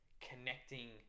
connecting